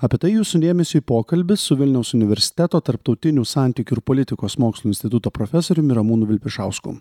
apie tai jūsų dėmesiui pokalbis su vilniaus universiteto tarptautinių santykių ir politikos mokslų instituto profesoriumi ramūnu vilpišausku